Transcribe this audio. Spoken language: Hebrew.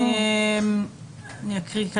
אני אקריא.